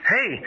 Hey